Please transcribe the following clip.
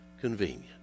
convenient